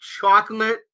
chocolate